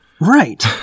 Right